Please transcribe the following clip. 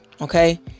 okay